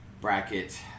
bracket